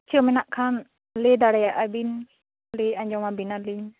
ᱤᱪᱷᱟᱹ ᱢᱮᱱᱟᱜ ᱠᱷᱟᱱ ᱞᱟᱹᱭ ᱫᱟᱲᱮᱭᱟᱜᱼᱟ ᱵᱤᱱ ᱞᱟᱹᱭ ᱟᱸᱡᱚᱢᱟᱵᱤᱱᱟᱞᱤᱧ